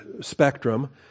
spectrum